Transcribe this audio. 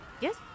Yes